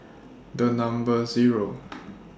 The Number Zero